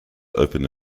opened